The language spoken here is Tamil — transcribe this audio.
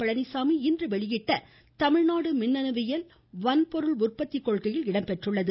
பழனிச்சாமி இன்று வெளியிட்ட தமிழ்நாடு மின்னனுவியல் வன்பொருள் உற்பத்திக் கொள்கையில் இடம் பெற்றுள்ளது